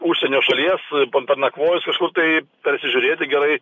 užsienio šalies ten pernakvojus kažkur tai persižiūrėti gerai